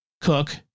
cook